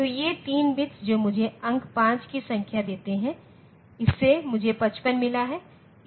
तो ये 3 बिट्स जो मुझे अंक 5 की संख्या देते हैं इससे मुझे 55 मिलता है